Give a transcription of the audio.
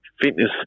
fitness